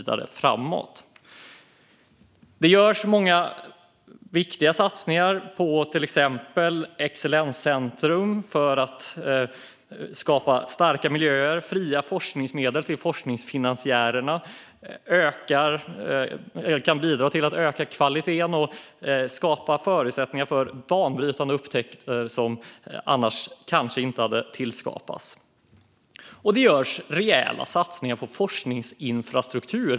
Det görs många viktiga satsningar på att skapa starka miljöer, till exempel på excellenscentrum. Fria forskningsmedel till forskningsfinansiärer kan också bidra till att öka kvaliteten och skapa förutsättningar för banbrytande upptäckter som annars kanske inte hade gjorts. Det görs också rejäla satsningar på forskningsinfrastruktur.